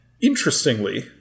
interestingly